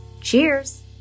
Cheers